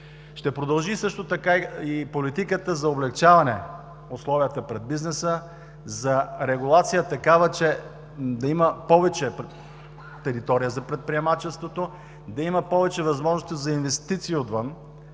Ще продължи също така и политиката за облекчаване на условията пред бизнеса, за такава регулация, че да има повече територия за предприемачеството, да има повече възможности за инвестиции отвън,